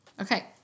Okay